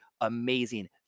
amazing